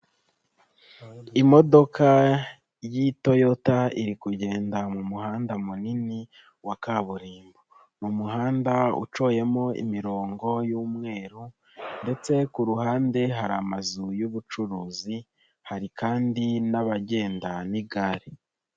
Imodoka y'itoyota iri kugenda mu muhanda munini wa kaburimbo, mu muhanda ucoyemo imirongo y'umweru ndetse ku ruhande hari amazu y'ubucuruzi hari kandi n'abagenda n'igare.